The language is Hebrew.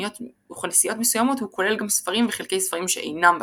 ובכנסיות מסוימות הוא כולל גם ספרים וחלקי ספרים שאינם בתנ"ך.